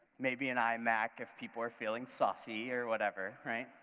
maybe an imac if people are feeling saucy or whatever, right?